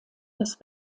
des